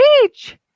Peach